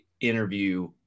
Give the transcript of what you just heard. interview